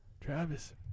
Travis